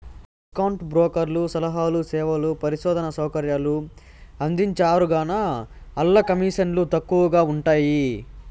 discount బ్రోకర్లు సలహాలు, సేవలు, పరిశోధనా సౌకర్యాలు అందించరుగాన, ఆల్ల కమీసన్లు తక్కవగా ఉంటయ్యి